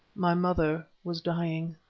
my mother was dying!